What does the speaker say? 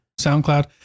SoundCloud